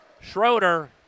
Schroeder